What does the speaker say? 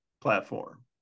platform